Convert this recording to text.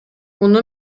муну